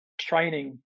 training